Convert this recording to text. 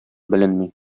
беленми